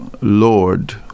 Lord